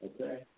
Okay